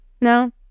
no